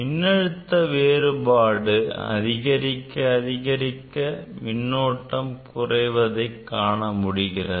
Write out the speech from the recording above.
மின்னழுத்த வேறுபாடு அதிகரிக்க அதிகரிக்க மின்னோட்டம் குறைவதை காணமுடிகிறது